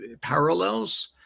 parallels